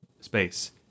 space